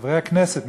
חברי הכנסת,